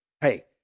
Hey